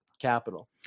capital